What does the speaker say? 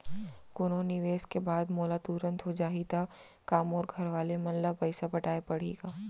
कोनो निवेश के बाद मोला तुरंत हो जाही ता का मोर घरवाले मन ला पइसा पटाय पड़ही का?